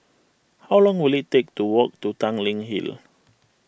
how long will it take to walk to Tanglin Hill